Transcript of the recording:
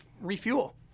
refuel